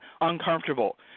uncomfortable